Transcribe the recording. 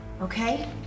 okay